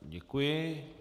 Děkuji.